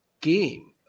game